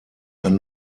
ein